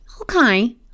Okay